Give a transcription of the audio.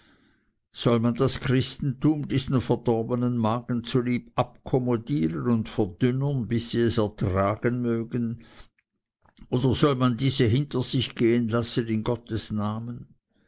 soll man das christentum diesen verdorbenen magen zu lieb akkommodieren und verdünnern bis sie es ertragen mögen oder soll man diese hinter sich gehen lassen in gottes namen